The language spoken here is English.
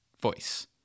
voice